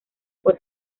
por